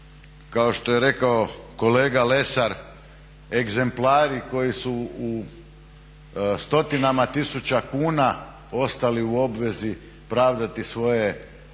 kao što je rekao kolega Lesar egzemplari koji su u stotinama tisuća kuna ostali u obvezi pravdati svoje